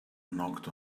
knocked